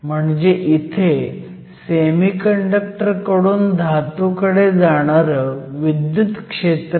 म्हणजे इथे सेमीकंडक्टर कडून धातूकडे जाणारं विद्युत क्षेत्र आहे